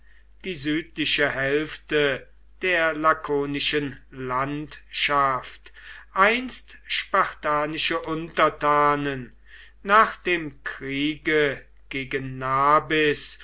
die südliche hälfte der lakonischen landschaft einst spartanische untertanen nach dem kriege gegen nabis